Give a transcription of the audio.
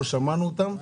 לא שמענו אותם.